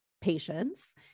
patients